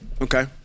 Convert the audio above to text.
Okay